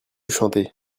chanter